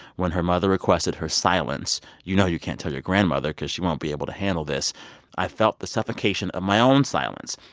when her mother requested her silence you know you can't tell your grandmother because she won't be able to handle this i felt the suffocation of my own silence.